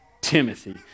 Timothy